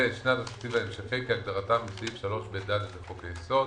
ו"שנת תקציב המשכי" כהגדרתם בסעיף 3ב(ד) לחוק היסוד,